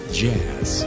jazz